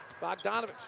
Bogdanovich